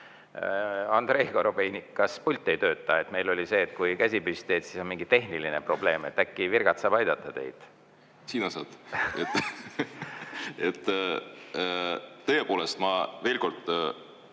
Andrei Korobeinik, kas pult ei tööta? Meil oli see, et kui käsi on püsti, siis on mingi tehniline probleem. Äkki virgats saab aidata teid? Sina saad! Tõepoolest, ma veel kord